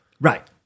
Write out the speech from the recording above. Right